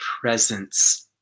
presence